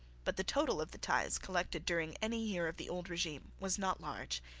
but the total of the tithes collected during any year of the old regime was not large.